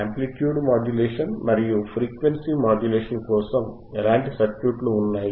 amplitude modulation మరియు frequency modulation కోసం ఎలాంటి సర్క్యూట్లు ఉన్నాయి